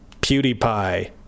PewDiePie